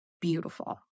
beautiful